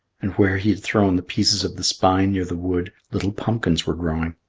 and where he had thrown the pieces of the spine near the wood, little pumpkins were growing.